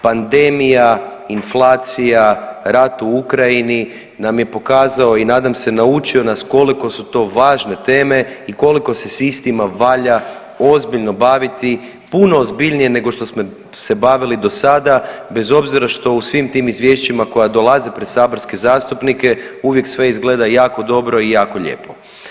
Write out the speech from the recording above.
Pandemija, inflacija, rat u Ukrajini nam je pokazao i nadam se naučio nas koliko su to važne teme i koliko se s istima valja ozbiljno baviti puno ozbiljnije nego što smo se bavili do sada bez obzira što u svim tim izvješćima koja dolaze pred saborske zastupnike uvijek sve izgleda jako dobro i jako lijepo.